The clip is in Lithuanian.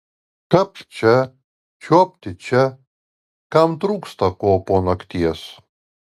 kapt čia čiuopti čia kam trūksta ko po nakties